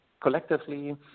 collectively